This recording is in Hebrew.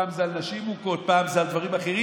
פעם זה על נשים מוכות, פעם זה על דברים אחרים.